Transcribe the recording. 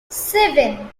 seven